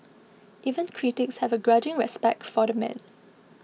even critics have a grudging respect for the man